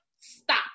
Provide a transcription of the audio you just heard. stop